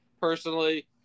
personally